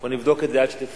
אנחנו נבדוק את זה עד שתסיים,